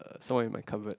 some more in my cupboard